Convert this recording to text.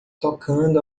tocando